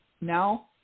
Now